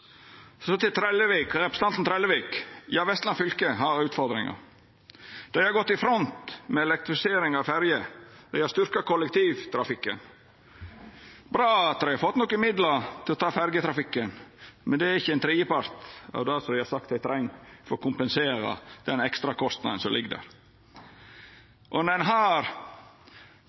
Så til representanten Trellevik: Ja, Vestland fylke har utfordringar. Dei har gått i front med elektrifisering av ferjer, dei har styrkt kollektivtrafikken. Det er bra at dei har fått litt midlar til ferjetrafikken, men det er ikkje ein tredjepart av det dei har sagt dei treng for å kompensera den ekstra kostnaden som ligg der. No har ein